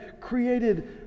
created